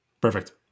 Perfect